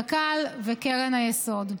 קק"ל וקרן היסוד.